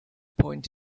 point